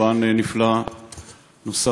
קורבן נפלא נוסף,